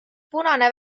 punane